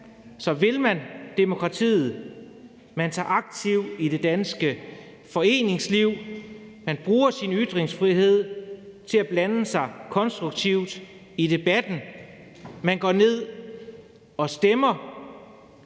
pas, vil man demokratiet, man tager aktivt del i det danske foreningsliv, man bruger sin ytringsfrihed til at blande sig konstruktivt i debatten, man går ned og stemmer,